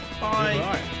Bye